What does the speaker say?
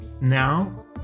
now